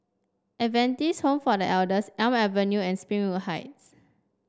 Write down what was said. Adventist Home for The Elders Elm Avenue and Springwood Heights